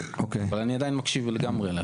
אבל, אני עדיין מקשיב לגמרי.